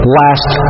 last